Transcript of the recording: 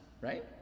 right